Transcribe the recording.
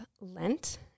Lent